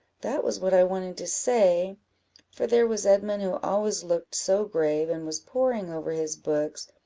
that was what i wanted to say for there was edmund who always looked so grave, and was poring over his books,